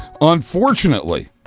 Unfortunately